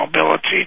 mobility